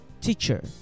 teacher